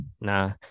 nah